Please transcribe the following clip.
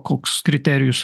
koks kriterijus